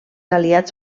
aliats